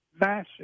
massive